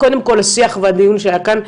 קודם כל השיח והדיון שהיה כאן,